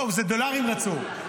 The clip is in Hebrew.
לא, דולרים רצו.